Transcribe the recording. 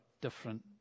different